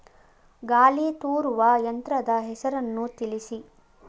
ಗಾಳಿ ತೂರುವ ಯಂತ್ರದ ಹೆಸರನ್ನು ತಿಳಿಸಿ?